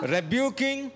Rebuking